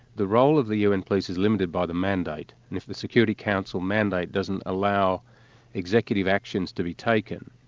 the role of the un police is limited by the mandate. if the security council mandate doesn't allow executive actions to be taken,